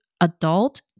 adult